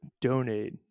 donate